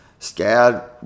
SCAD